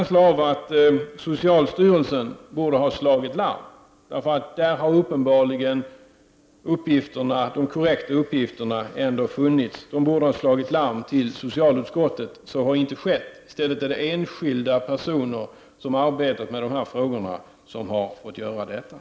Socialstyrelsen borde ha slagit larm, för där har man uppenbarligen haft korrekta uppgifter, till socialutskottet. Men så har inte skett. I stället är det enskilda personer som arbetat med dessa frågor som har fått slå larm.